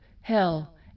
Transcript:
hell